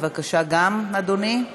בבקשה, אדוני.